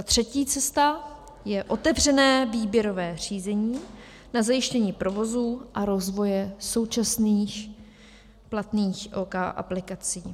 Třetí cesta je otevřené výběrové řízení na zajištění provozu a rozvoje současných platných OK aplikací.